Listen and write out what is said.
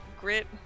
grit